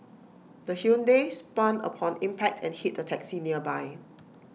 the Hyundai spun upon impact and hit A taxi nearby